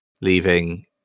leaving